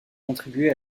contribuer